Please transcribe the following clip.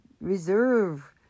reserve